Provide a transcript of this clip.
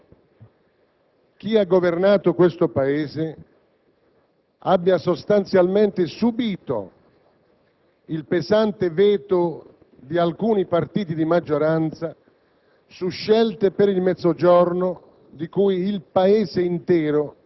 dalla compressione della casta politica e del sistema di potere, da Vendola a Bassolino!